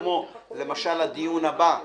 כמו הדיון הבא,